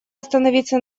остановиться